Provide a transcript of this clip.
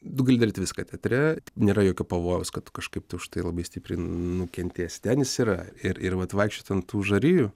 tu gali daryti viską teatre nėra jokio pavojaus kad kažkaip už tai labai stipriai nukentėsi ten jis yra ir ir vat vaikščiot ant tų žarijų